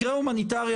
מקרה הומניטרי,